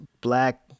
black